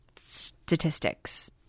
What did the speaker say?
statistics